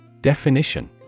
Definition